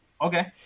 Okay